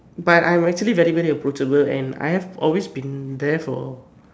but I'm actually very very approachable and I have always been there for